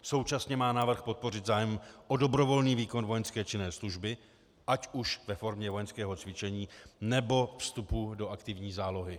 Současně má návrh podpořit zájem o dobrovolný výkon vojenské činné služby, ať už ve formě vojenského cvičení, nebo vstupu do aktivní zálohy.